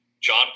John